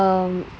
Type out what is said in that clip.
um